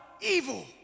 evil